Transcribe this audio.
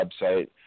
website